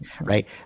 right